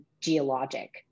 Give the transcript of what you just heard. geologic